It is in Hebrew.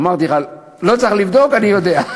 אמרתי לך שלא צריך לבדוק, אני יודע.